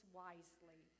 wisely